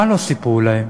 מה לא סיפרו להם?